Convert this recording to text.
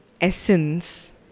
essence